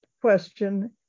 question